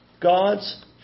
God's